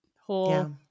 whole